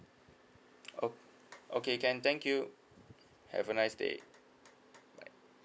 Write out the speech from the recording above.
o~ okay can thank you have a nice day bye